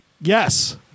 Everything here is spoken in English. Yes